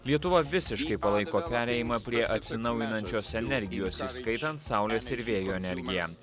lietuva visiškai palaiko perėjimą prie atsinaujinančios energijos įskaitant saulės ir vėjo energiją